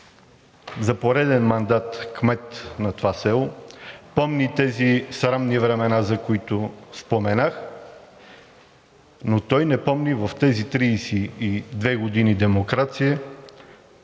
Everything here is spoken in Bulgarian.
за пореден мандат кмет на това село, помни тези срамни времена, за които споменах, но той не помни в тези 32 години демокрация